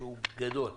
שהוא גדול,